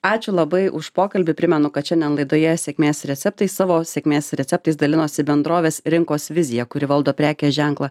ačiū labai už pokalbį primenu kad šiandien laidoje sėkmės receptai savo sėkmės receptais dalinosi bendrovės rinkos vizija kuri valdo prekės ženklą